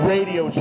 Radio